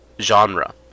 genre